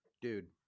Dude